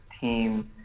team